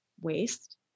waste